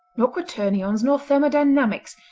nor quaternions, nor thermodynamics.